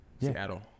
Seattle